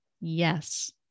Yes